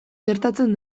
gertatzen